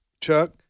Chuck